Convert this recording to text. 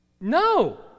No